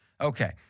Okay